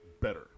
better